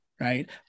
right